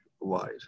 wide